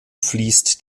fließt